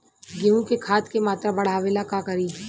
गेहूं में खाद के मात्रा बढ़ावेला का करी?